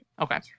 Okay